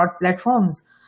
platforms